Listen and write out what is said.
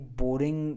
boring